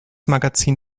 magazin